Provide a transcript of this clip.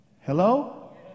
Hello